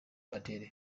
adele